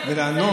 להפך.